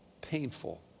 painful